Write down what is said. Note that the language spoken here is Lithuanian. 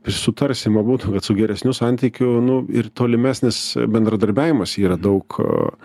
sutarsim abudu kad su geresniu santykiu nu ir tolimesnis bendradarbiavimas yra daug